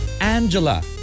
Angela